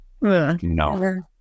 No